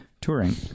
Touring